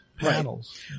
panels